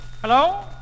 Hello